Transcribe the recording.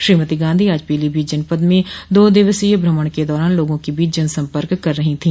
श्रीमती गांधी आज पीलीभीत जनपद में दो दिवसीय भ्रमण के दौरान लोगों के बीच जन सम्पर्क कर रही थी